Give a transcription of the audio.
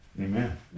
amen